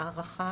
הערכה